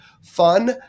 fun